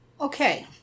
okay